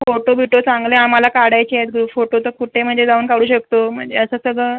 photo बिटो चांगले आम्हाला काढायचे आहेत ग्रुप फोटो तर कुठे म्हणजे जाऊन काढू शकतो म्हणजे असं सगळं